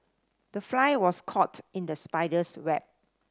the fly was caught in the spider's web